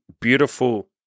beautiful